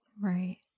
Right